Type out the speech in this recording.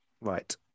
right